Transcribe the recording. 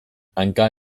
hanka